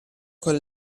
quale